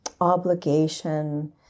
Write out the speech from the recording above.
obligation